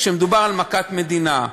ומדובר על מכת מדינה.